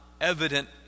evident